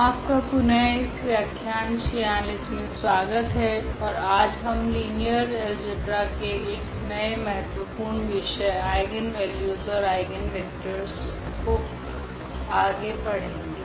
आपका पुनः इस व्याख्यान 46 मे स्वागत है ओर आज हम लीनियर अलजेब्रा के एक अन्य महत्वपूर्ण विषय आइगनवेल्यूस ओर आइगनवेक्टरस को आगे पढेंगे